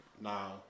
Now